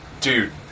dude